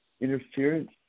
interference